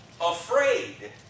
afraid